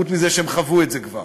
חוץ מזה שהם חוו את זה כבר?